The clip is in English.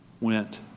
went